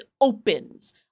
opens